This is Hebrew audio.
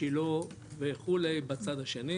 שילה וכו' בצד השני.